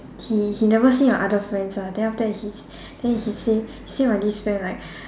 he he never say my other friends ah then after that he then he say he say my this friend like